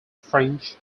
french